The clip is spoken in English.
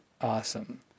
awesome